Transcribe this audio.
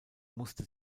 musste